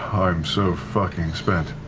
um i'm so fucking spent.